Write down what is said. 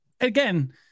again